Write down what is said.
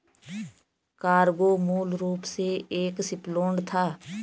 cargo मूल रूप से एक शिपलोड था